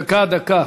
דקה, דקה.